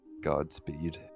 Godspeed